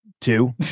Two